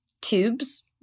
tubes